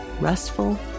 restful